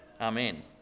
Amen